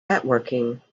networking